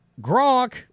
Gronk